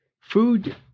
food